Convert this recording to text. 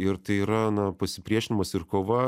ir tai yra na pasipriešinimas ir kova